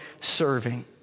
serving